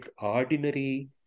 ordinary